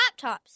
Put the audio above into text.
laptops